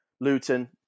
Luton